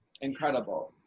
Incredible